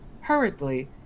Hurriedly